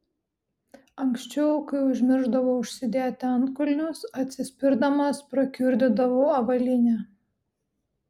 anksčiau kai užmiršdavau užsidėti antkulnius atsispirdamas prakiurdydavau avalynę